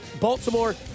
Baltimore